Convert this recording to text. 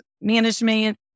management